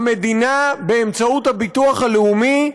המדינה, באמצעות הביטוח הלאומי,